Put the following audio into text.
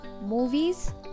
Movies